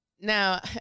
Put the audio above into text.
now